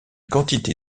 quantité